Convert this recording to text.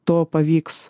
to pavyks